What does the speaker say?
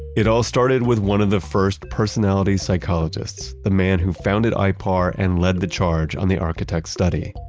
it all started with one of the first personality psychologists, the man who founded ah ipar and led the charge on the architect study.